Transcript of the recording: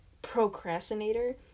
procrastinator